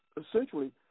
essentially